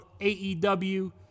AEW